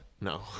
No